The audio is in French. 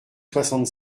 soixante